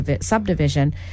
subdivision